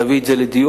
תביא את זה לדיון.